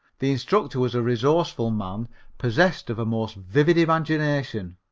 the instructor was a resourceful man possessed of a most vivid imagination.